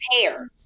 hair